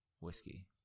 Whiskey